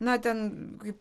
na ten kaip